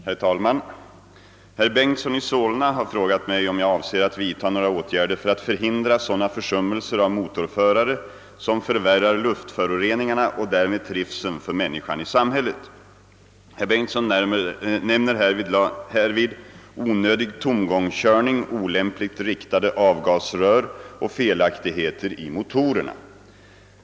Herr talman! Herr Bengtson i Solna har frågat mig om jag avser att vidta några åtgärder för att förhindra sådana försummelser av motorförare, som förvärrar luftföroreningarna och därmed trivseln för människan i samhället. Herr Bengtson nämner härvid onödig tomgångskörning, olämpligt riktade avgasrör och felaktigheter i motorerna.